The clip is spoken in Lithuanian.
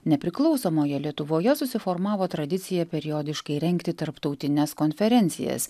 nepriklausomoje lietuvoje susiformavo tradicija periodiškai rengti tarptautines konferencijas